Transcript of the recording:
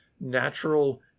natural